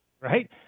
right